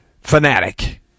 fanatic